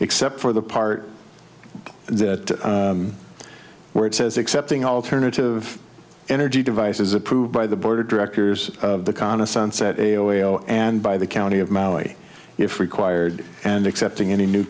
except for the part that where it says accepting alternative energy devices approved by the board of directors of the qana sunset a o and by the county of maui if required and accepting any new